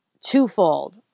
twofold